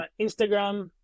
Instagram